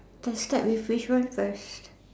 can start with which one first